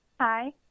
Hi